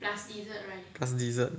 plus dessert